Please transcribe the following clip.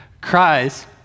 cries